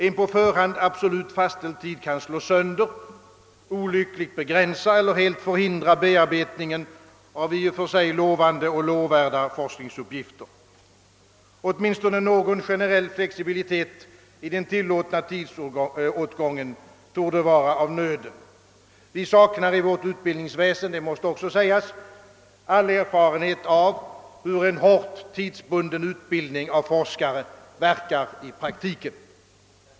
En på förhand helt fastlåst tid kan slå sönder, olyckligt begränsa eller helt förhindra bearbetningen av i och för sig lovande och lovvärda forskningsuppgifter. Åtminstone någon generell flexibilitet i den tillåtna tidsåtgången torde vara av nöden. Det måste också sägas, att vi i vårt utbildningsväsende saknar all erfarenhet av hur en hårt bunden utbildning av forskare verkar i praktiken.